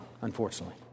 unfortunately